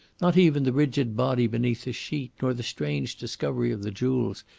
not even the rigid body beneath the sheet, nor the strange discovery of the jewels,